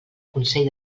consell